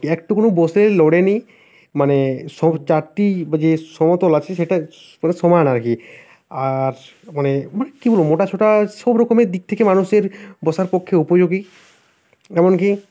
একটুকুনি বসে নড়ে নি মানে সব চারটি যে সমতল আছে সেটা মানে সমান আর কি আর মানে মানে কি বলবো মোটা সোটা সব রকমের দিক থেকে মানুষের বসার পক্ষে উপযোগী এমনকি